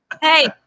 Hey